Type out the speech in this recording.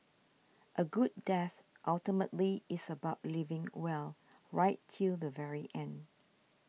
a good death ultimately is about living well right till the very end